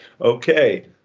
Okay